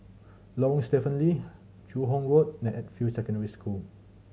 Lorong Stephen Lee Joo Hong Road and Edgefield Secondary School